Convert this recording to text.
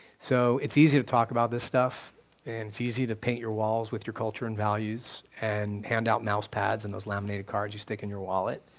so, it's easy to talk about this stuff and it's easy to paint your walls with your culture and values and hand out mouse pads and those lamented cards you stick in your wallet,